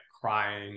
crying